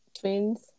twins